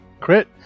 Crit